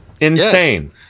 Insane